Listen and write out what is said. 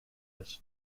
هست